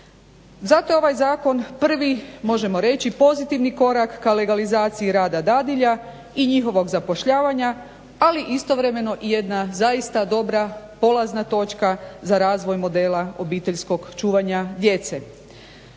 Zato je ovaj zakon prvi možemo reći pozitivni korak k legalizaciji rada dadilja i njihovog zapošljavanja ali istovremeno jedna zaista dobra polazna točka za razvoj modela obiteljskog čuvanja djece.